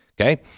Okay